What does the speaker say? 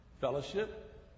fellowship